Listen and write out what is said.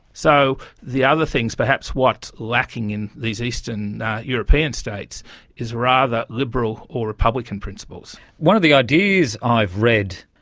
so the other things perhaps what's lacking in these eastern european states is rather liberal or republican principles. one of the ideas i've read,